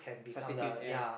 substitute ya